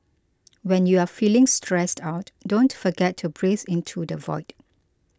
when you are feeling stressed out don't forget to breathe into the void